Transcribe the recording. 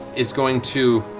it's going to,